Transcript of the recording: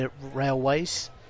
railways